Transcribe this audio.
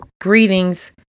Greetings